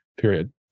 period